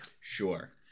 Sure